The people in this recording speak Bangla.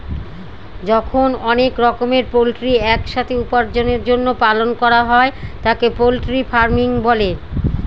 যখন অনেক রকমের পোল্ট্রি এক সাথে উপার্জনের জন্য পালন করা হয় তাকে পোল্ট্রি ফার্মিং বলে